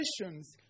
questions